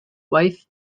wife